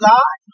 God